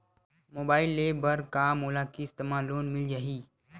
Mobile ले बर का मोला किस्त मा लोन मिल जाही?